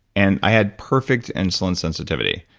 and i had perfect insulin sensitivity.